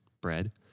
bread